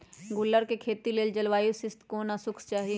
गुल्लर कें खेती लेल जलवायु शीतोष्ण आ शुष्क चाहि